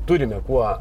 turime kuo